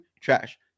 trash